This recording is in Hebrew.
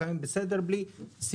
לפעמים זה בסדר בלי סימון,